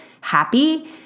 happy